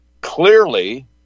clearly